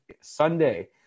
Sunday